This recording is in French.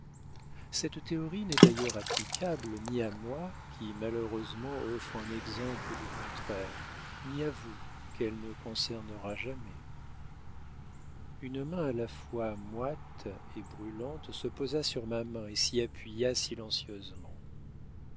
cette théorie n'est d'ailleurs applicable ni à moi qui malheureusement offre un exemple du contraire ni à vous qu'elle ne concernera jamais une main à la fois moite et brûlante se posa sur ma main et s'y appuya silencieusement